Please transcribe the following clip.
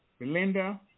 Belinda